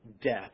death